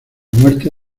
muerte